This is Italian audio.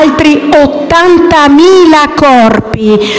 altri 80.000 corpi sono